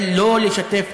ולכן,